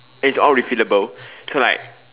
it's all refillable so like